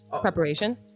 Preparation